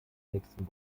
nächsten